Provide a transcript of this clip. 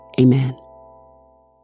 Amen